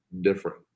different